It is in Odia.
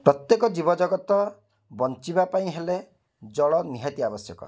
ପ୍ରତ୍ୟେକ ଜୀବଜଗତ ବଞ୍ଚିବା ପାଇଁ ହେଲେ ଜଳ ନିହାତି ଆବଶ୍ୟକ